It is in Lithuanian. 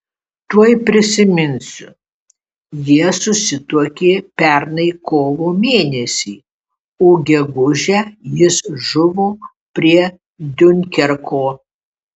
tuoj prisiminsiu jie susituokė pernai kovo mėnesį o gegužę jis žuvo prie diunkerko